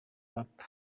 rap